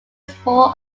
small